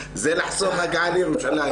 תודה רבה, עופר, תודה רבה לכולם.